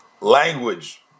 language